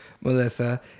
Melissa